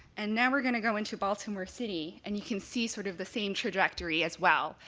and now we're going to go into baltimore city and you can see sort of the same trajectory as well.